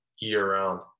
year-round